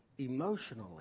emotionally